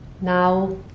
Now